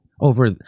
over